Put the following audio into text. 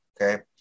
Okay